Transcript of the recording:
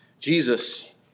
Jesus